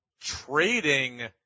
trading